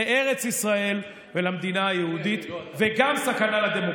לארץ ישראל ולמדינה היהודית, וגם סכנה לדמוקרטיה.